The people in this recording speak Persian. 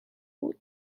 بود